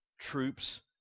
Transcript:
troops